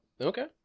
Okay